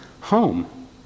home